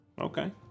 Okay